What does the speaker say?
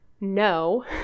no